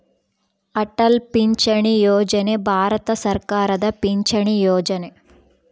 ಅಟಲ್ ಪಿಂಚಣಿ ಯೋಜನೆ ಭಾರತ ಸರ್ಕಾರದ ಪಿಂಚಣಿ ಯೊಜನೆ